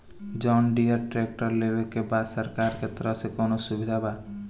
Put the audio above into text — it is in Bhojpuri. जॉन डियर ट्रैक्टर लेवे के बा सरकार के तरफ से कौनो सुविधा बा?